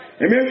Amen